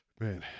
Man